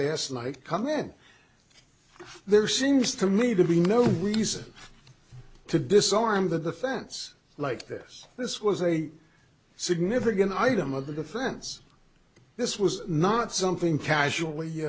last night come in there seems to me to be no reason to disarm the defense like this this was a significant item of the defense this was not something casually